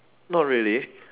not really